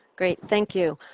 great. thank you.